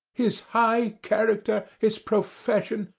his high character, his profession,